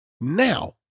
Now